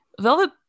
Velvet